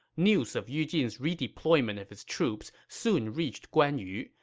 news of yu jin's redeployment of his troops soon reached guan yu,